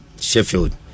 Sheffield